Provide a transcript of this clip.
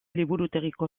liburutegiko